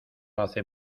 hace